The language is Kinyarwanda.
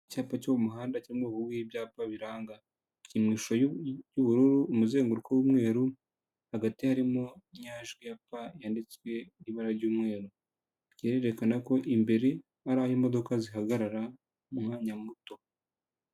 Icyapa cyo muhanda cyangwa umuhu w'ibyapa birangakinisho y'ubururu umuzenguruko w'umweru hagati harimo inyajwi ya P yanditswe ibara ry'umweru irerekana ko imbere hari aho imodoka zihagarara umwanya muto.